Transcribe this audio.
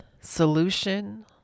solution